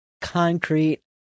concrete